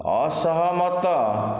ଅସହମତ